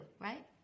Right